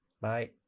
Bye